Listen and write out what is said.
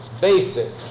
basic